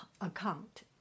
account